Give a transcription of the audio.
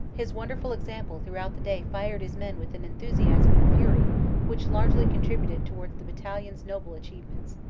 his wonderful example throughout the day fired his men with an enthusiasm and fury which largely contributed towards the battalion's noble achievements.